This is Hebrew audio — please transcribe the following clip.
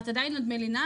זה לא נורמלי.